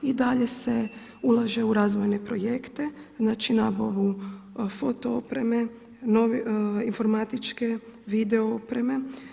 I dalje se ulaže u razvojne projekte, znači nabavu foto opreme informatičke, video opreme.